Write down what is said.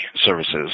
services